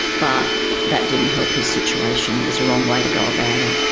but that didn't help his situation, it was the wrong way to go about it.